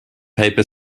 paper